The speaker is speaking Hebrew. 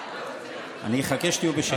אני אחכה שתהיו בשקט.